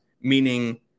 meaning